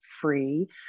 free